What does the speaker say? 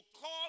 call